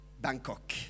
bangkok